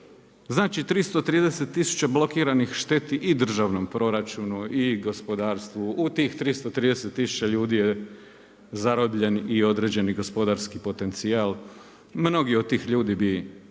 Znači 330 blokiranih šteti i državnom proračunu i gospodarstvu, u tih 330 tisuća ljudi je zarobljen i određeni gospodarski potencijal, mnogi od tih ljudi bi